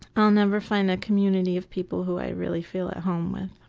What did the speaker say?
i'll never find a community of people who i really feel at home with.